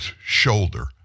shoulder